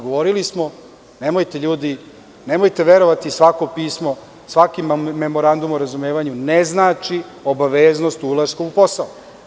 Govorili smo – nemojte ljudi verovati svakom pismu, svaki memorandum o razumevanju ne znači obaveznost ulaska u posao.